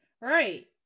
Right